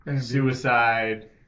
suicide